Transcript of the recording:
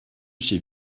ces